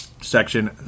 section